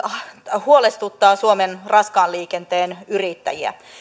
huolestuttaa suomen raskaan liikenteen yrittäjiä